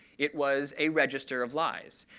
it was a register of lies.